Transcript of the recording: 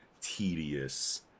tedious